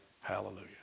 hallelujah